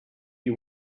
you